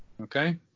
Okay